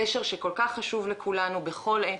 גשר שכל כך חשוב לכולנו בכל עת,